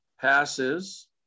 passes